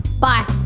Bye